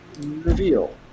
Reveal